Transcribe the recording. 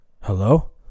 Hello